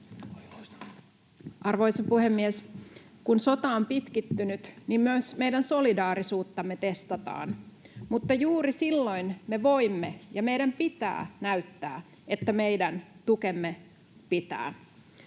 Arvoisa puhemies! Kun sota on pitkittynyt, niin myös meidän solidaarisuuttamme testataan, mutta juuri silloin me voimme ja meidän pitää näyttää, että meidän tukemme pitää.